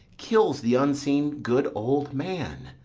kills the unseen good old man.